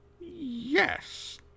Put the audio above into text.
Yes